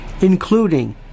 including